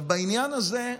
בעניין הזה,